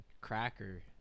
cracker